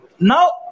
now